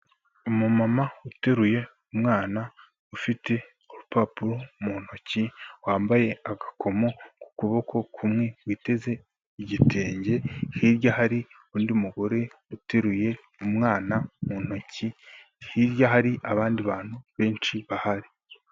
Umumama uteruye umwana ufite urupapuro mu ntoki wambaye agakomo ku kuboko kumwewiteze igitenge, hirya hari undi mugore uteruye umwana mu ntoki, hirya hari abandi bantu benshi bahari.